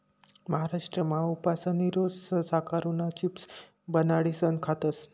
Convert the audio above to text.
महाराष्ट्रमा उपासनी रोज साकरुना चिप्स बनाडीसन खातस